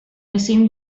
ezin